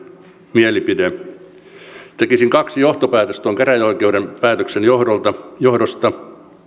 mielipide kaksi johtopäätöstä tuon käräjäoikeuden päätöksen johdosta